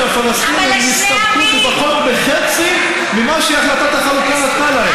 זה אומר שהפלסטינים יסתפקו בפחות מחצי ממה שהחלטת החלוקה נתנה להם,